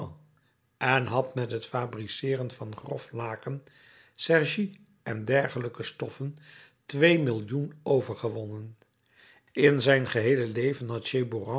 en had met het fabriceeren van grof laken sergie en dergelijke stoffen twee millioen overgewonnen in zijn geheele leven